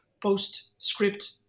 post-script